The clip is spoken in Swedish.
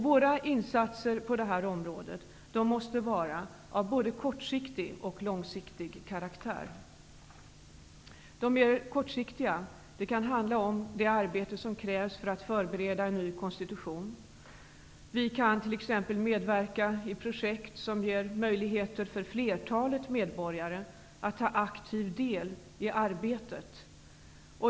Våra insatser på detta område måste vara av både kortsiktig och långsiktig karaktär. De mer kortsiktiga kan handla om det arbete som krävs för att förbereda en ny konstitution. Vi kan t.ex. medverka i projekt som ger möjligheter för flertalet medborgare att ta aktiv del i arbetet.